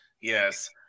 Yes